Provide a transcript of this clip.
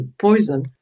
poison